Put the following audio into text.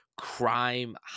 crime